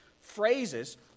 phrases